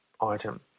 item